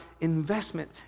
investment